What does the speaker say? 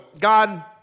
God